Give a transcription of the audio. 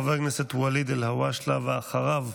חבר הכנסת ואליד אלהואשלה, ואחריו,